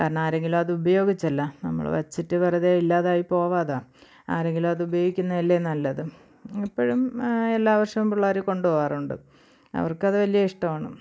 കാരണം ആരെങ്കിലും അത് ഉപയോഗിച്ചല്ലോ നമ്മൾ വെച്ചിട്ട് വെറുതെ ഇല്ലാതായി പോവാതെ ആരെങ്കിലും അത് ഉപയോഗിക്കുന്നത് അല്ലേ നല്ലത് ഇപ്പോഴും എല്ലാ വർഷവും പിള്ളേർ കൊണ്ടുപോവാറുണ്ട് അവർക്ക് അത് വലിയ ഇഷ്ടമാണ്